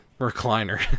recliner